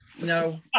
no